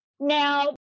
Now